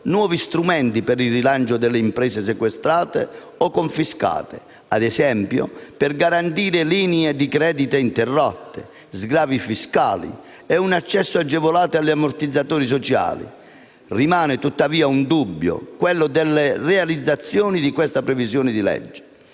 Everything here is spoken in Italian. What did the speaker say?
nuovi strumenti per il rilancio delle imprese sequestrate o confiscate, ad esempio per garantire linee di credito interrotte, sgravi fiscali e un accesso agevolato agli ammortizzatori sociali. Rimane tuttavia un dubbio, quello sulla realizzazione di queste previsioni di legge.